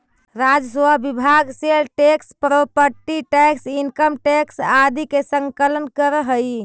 राजस्व विभाग sale tax property tax income tax आदि के संकलन करऽ हई